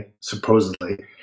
supposedly